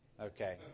Okay